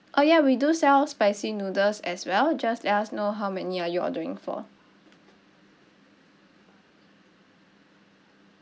uh ya we do sell spicy noodles as well just let us know how many of you you're ordering for